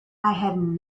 had